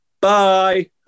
Bye